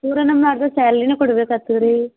ಪೂರ ನಮ್ಮ ಅರ್ಧ ಸ್ಯಾಲ್ರಿನ ಕೊಡ್ಬೇಕು ಆತದ ರೀ